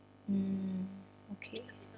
mm okay